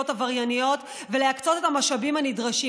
עברייניות ולהקצות את המשאבים הנדרשים.